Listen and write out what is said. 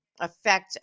affect